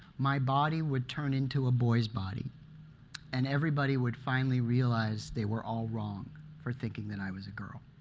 my body would turn into a boy's body and everybody would finally realize they were all wrong for thinking that i was a girl.